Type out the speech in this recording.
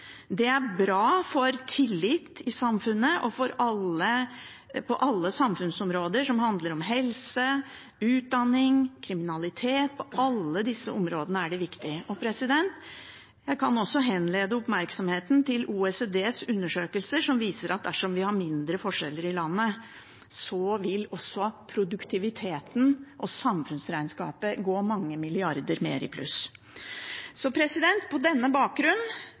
Det er bra for tilliten i samfunnet. På alle samfunnsområder som handler om helse, utdanning og kriminalitet, er det viktig. Jeg kan også henlede oppmerksomheten til OECDs undersøkelser som viser at dersom vi har mindre forskjeller i landet, vil også produktiviteten og samfunnsregnskapet gå med mange milliarder mer i pluss. På denne bakgrunn,